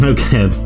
Okay